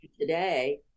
today